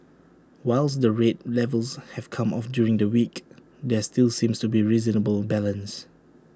whilst the rate levels have come off during the week there still seems to be reasonable balance